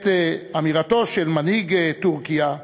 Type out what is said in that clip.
את אמירתו של מנהיג טורקיה,